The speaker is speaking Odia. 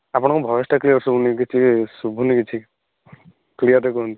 ଆପଣଙ୍କ ଭଏସ୍ଟା କ୍ଳିଅର୍ ଶୁଭୁନି କିଛି ଶୁଭୁନି କିଛି କ୍ଳିଅର୍ରେ କୁହନ୍ତୁ